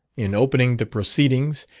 in opening the proceedings,